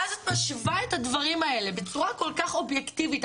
ואז את משווה את הדברים האלה בצורה כל כך אובייקטיבית,